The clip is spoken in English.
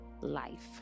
life